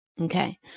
Okay